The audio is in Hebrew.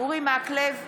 אורי מקלב,